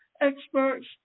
experts